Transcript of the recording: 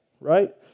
right